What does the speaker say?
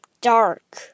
dark